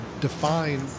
define